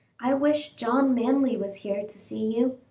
i wish john manly was here to see you.